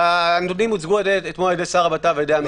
הנתונים הוצגו על-ידי שר הבט"פ ועל-ידי המשטרה.